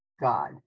God